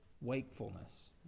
wakefulness